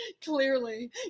Clearly